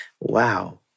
Wow